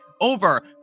over